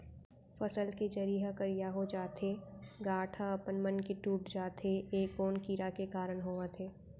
फसल के जरी ह करिया हो जाथे, गांठ ह अपनमन के टूट जाथे ए कोन कीड़ा के कारण होवत हे?